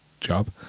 job